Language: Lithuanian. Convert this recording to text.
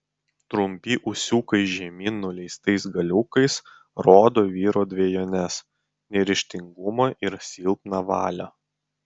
trumpi ūsiukai žemyn nuleistais galiukais rodo vyro dvejones neryžtingumą ir silpną valią